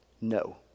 no